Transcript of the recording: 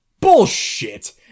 Bullshit